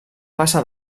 passar